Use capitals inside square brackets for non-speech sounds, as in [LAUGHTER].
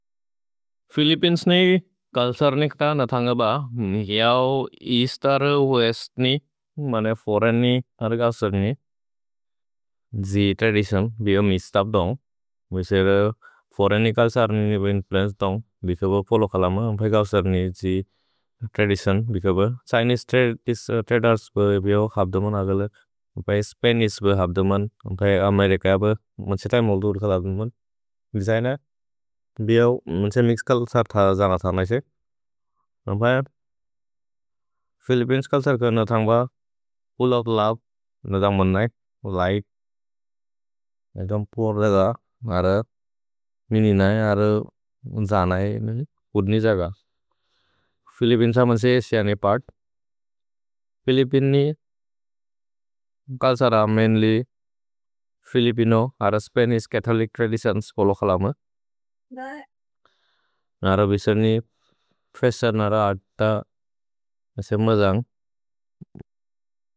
फिलिपिनेस्नि कल्सर्निक् त [HESITATION] नथन्ग ब इऔ एअस्त् अरे वेस्त् नि मने फोरेन्नि अर् गौसर्नि जि त्रदिसिओन् बिहो मिस् तब्दोन्ग्। [HESITATION] भिसेर फोरेन्नि कल्सर्नि बिहो इन्फ्लुएन्स् तब्दोन्ग् बिको ब पोलो कलम। अम्पे गौसर्नि [HESITATION] जि त्रदिसिओन् बिको ब छिनेसे त्रदेर्स् बिहो हब्दमन् अगल। अम्पे स्पनिश् बिहो हब्दमन्। [HESITATION] अम्पे अमेरिच ब, [HESITATION] मन्से तै मोल्दु उल् कलब्दमन्। देसय्न बिहो मन्से मिक्स् कल्सर् त जन थर्नसे। [HESITATION] अम्पे फिलिपिनेस् कल्सर्नि त नथन्ग ब फुल्ल् ओफ् लोवे नतमन् नै, लिघ्त्। [HESITATION] एतोन्ग् पूर् दग। [HESITATION] अर मिनि नै, अर जन नै। उद्नि जग, [HESITATION] फिलिपिनेस मन्से असिअनि पर्त् [HESITATION] फिलिपिनेस। कल्सर्नि जन, फिलिपिनेस, अर [HESITATION] स्पनिश् कथोलिक् त्रदिसिओन् पोलो कलम। [HESITATION] द, अर बिसेर्नि, कल्सर्नि जन, अत।